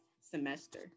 semester